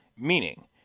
Meaning